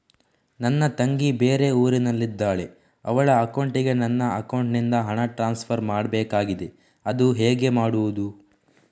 ನನ್ನ ತಂಗಿ ಬೇರೆ ಊರಿನಲ್ಲಿದಾಳೆ, ಅವಳ ಅಕೌಂಟಿಗೆ ನನ್ನ ಅಕೌಂಟಿನಿಂದ ಹಣ ಟ್ರಾನ್ಸ್ಫರ್ ಮಾಡ್ಬೇಕಾಗಿದೆ, ಅದು ಹೇಗೆ ಮಾಡುವುದು?